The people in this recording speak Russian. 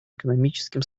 экономическим